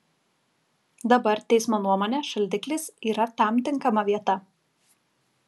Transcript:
dabar teismo nuomone šaldiklis yra tam tinkama vieta